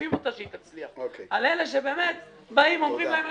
שכופים אותה כדי שתצליח על אלה שלא יכולים להיאבק.